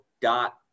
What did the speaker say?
dot